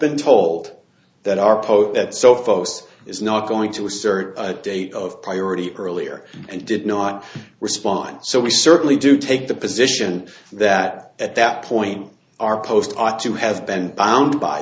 been told that our post that so folks is not going to assert a date of priority earlier and did not respond so we certainly do take the position that at that point our post ought to have been bound by